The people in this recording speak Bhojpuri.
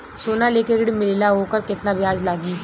सोना लेके ऋण मिलेला वोकर केतना ब्याज लागी?